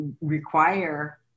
require